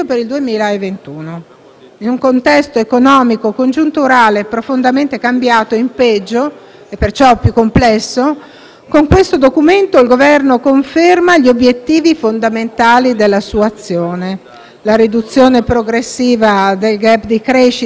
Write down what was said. In un contesto economico congiunturale profondamente cambiato in peggio e, perciò, più complesso con questo Documento il Governo conferma gli obiettivi fondamentali della sua azione: la riduzione progressiva del *gap* di crescita con la media europea